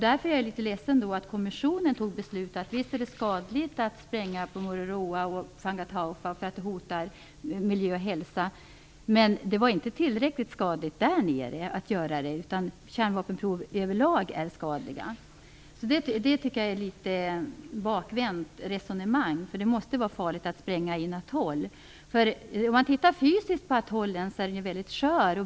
Därför är jag litet ledsen över att kommissionen fattade beslutet att det visserligen var skadligt att spränga på Mururoa och Fangataufa eftersom det hotar miljö och hälsa, men det var inte tillräckligt skadligt att spränga där nere. Kärnvapenprov överlag är skadliga. Jag tycker att detta är ett litet bakvänt resonemang. Det måste vara farligt att spränga i en atoll. Atollen är ju väldigt skör.